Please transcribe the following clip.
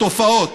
התופעות